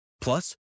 Plus